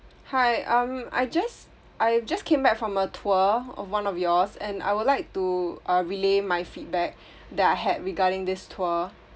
hi um I just I just came back from a tour of one of yours and I would like to uh relay my feedback that I had regarding this tour